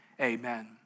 amen